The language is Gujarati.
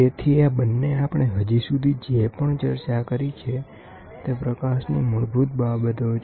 તેથી આ બંને આપણે હજી સુધી જે પણ ચર્ચા કરી છે તે પ્રકાશની મૂળભૂત બાબતો છે